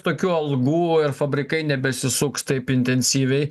tokių algų ir fabrikai nebesisuks taip intensyviai